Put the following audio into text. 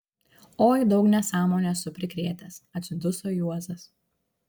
oi daug nesąmonių esu prikrėtęs atsiduso juozas